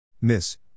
Miss